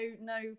no